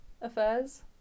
Affairs